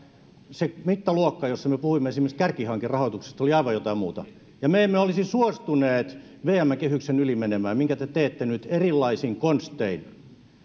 se mittaluokka jossa me puhuimme esimerkiksi kärkihankerahoituksesta oli aivan jotain muuta ja me emme olisi suostuneet vmn kehyksen yli menemään minkä te teette nyt erilaisin konstein